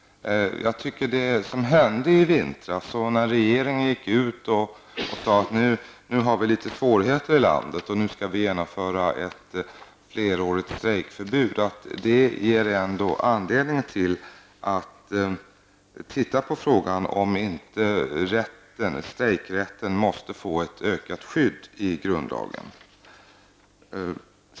Det som hände i vintras, när regeringen gick ut och sade att nu har vi litet svårigheter i landet, nu skall vi genomföra ett flerårigt strejkförbud, ger anledning att titta på frågan om inte strejkrätten måste få ett ökat skydd i grundlagen.